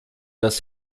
das